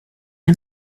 him